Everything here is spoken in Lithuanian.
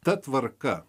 ta tvarka